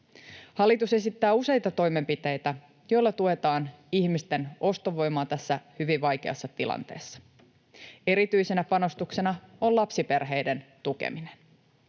Hallitus esittää useita toimenpiteitä, joilla tuetaan ihmisten ostovoimaa tässä hyvin vaikeassa tilanteessa. Erityisenä panostuksena on lapsiperheiden tukeminen.